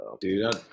dude